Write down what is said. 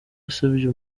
asebya